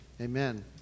Amen